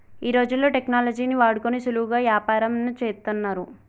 ఈ రోజుల్లో టెక్నాలజీని వాడుకొని సులువుగా యాపారంను చేత్తన్నారు